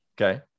Okay